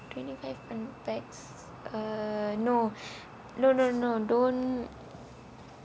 twenty five fun packs uh no no no no don't